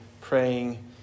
praying